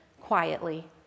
Quietly